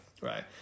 right